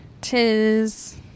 Tis